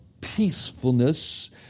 peacefulness